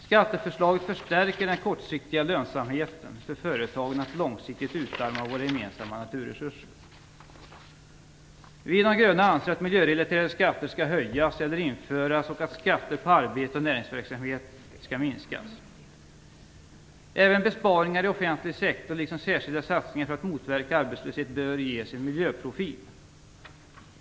Skatteförslaget förstärker den kortsiktiga lönsamheten för företagen att långsiktigt utarma våra gemensamma naturresurser. Vi i De gröna anser att miljörelaterade skatter skall höjas eller införas och att skatter på arbete och näringsverksamhet skall minskas. Även besparingar i offentlig sektor liksom särskilda satsningar för att motverka arbetslöshet bör ges en miljöprofil.